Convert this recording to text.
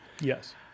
Yes